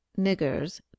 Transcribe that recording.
niggers